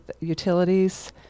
utilities